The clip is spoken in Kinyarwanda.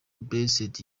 blessed